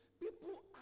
People